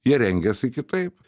jie rengiasi kitaip